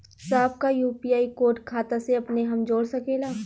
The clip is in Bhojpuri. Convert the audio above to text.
साहब का यू.पी.आई कोड खाता से अपने हम जोड़ सकेला?